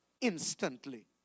instantly